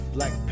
Black